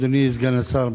אדוני סגן השר,